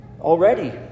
already